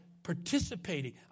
participating